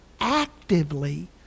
actively